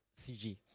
CG